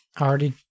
already